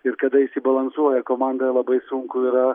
ir kada išsibalansuoja komanda labai sunku yra